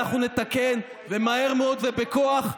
אנחנו נתקן ומהר מאוד ובכוח,